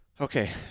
Okay